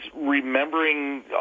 remembering